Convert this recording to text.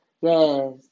Yes